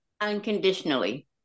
unconditionally